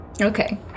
Okay